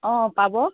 অ পাব